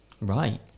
Right